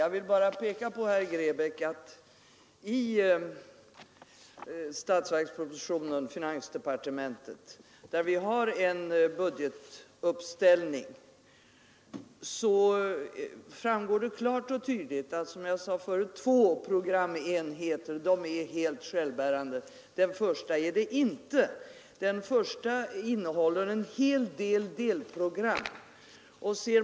Jag vill bara peka på, herr Grebäck, att i statsverkspropositionen finns en budgetuppställning av vilken klart och tydligt framgår att två programenheter är helt självbärande. Den första är det inte. Den innehåller en hel del delprogram.